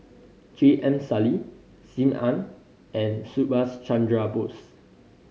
J M Sali Sim Ann and Subhas Chandra Bose